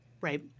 Right